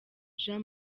jean